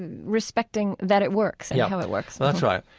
respecting that it works and yeah how it works well, that's right.